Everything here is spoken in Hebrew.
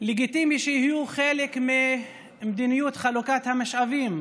לגיטימי שיהיו חלק ממדיניות חלוקת המשאבים,